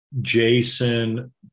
Jason